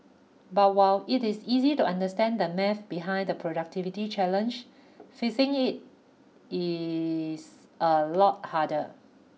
but while it is easy to understand the maths behind the productivity challenge fixing it is a lot harder